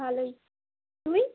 ভালোই তুই